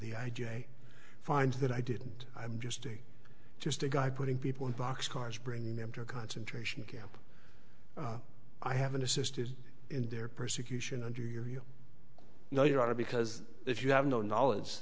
the i j a finds that i didn't i'm just a just a guy putting people in boxcars bringing them to a concentration camp i haven't assisted in their persecution under your you know your honor because if you have no knowledge